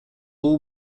all